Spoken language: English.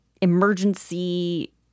emergency